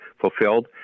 fulfilled